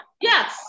Yes